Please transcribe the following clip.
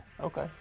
Okay